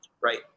right